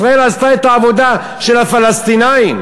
ישראל עשתה את העבודה של הפלסטינים.